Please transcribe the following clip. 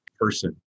person